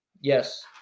Yes